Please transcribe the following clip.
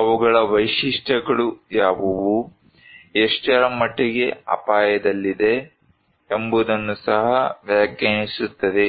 ಅವುಗಳ ವೈಶಿಷ್ಟ್ಯಗಳು ಯಾವುವು ಎಷ್ಟರ ಮಟ್ಟಿಗೆ ಅಪಾಯದಲ್ಲಿದೆ ಎಂಬುದನ್ನು ಸಹ ವ್ಯಾಖ್ಯಾನಿಸುತ್ತದೆ